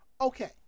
Okay